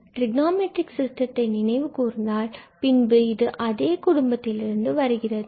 டிரிக்னா matric சிஸ்டத்தை நினைவுகூர்ந்தால் பின்பு இது அதே குடும்பத்தில் இருந்து வருகிறது